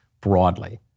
broadly